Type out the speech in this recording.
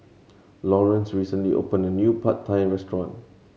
Lawrence recently opened a new Pad Thai Restaurant